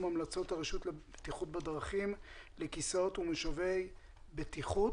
המלצות הרשות לבטיחות בדרכים לכיסאות ומושבי בטיחות.